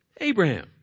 Abraham